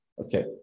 Okay